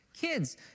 Kids